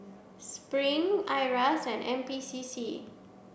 Spring IRAS and N P C C